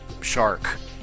shark